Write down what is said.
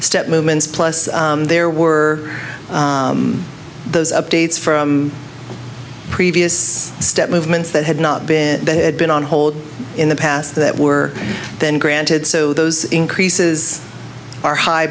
step movements plus there were those updates from previous step movements that had not been that had been on hold in the past that were then granted so those increases are high